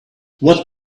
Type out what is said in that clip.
what